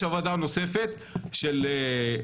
יש עבודה נוספת של סופר,